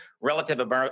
relative